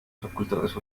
facultades